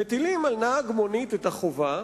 מטילים על נהג מונית את החובה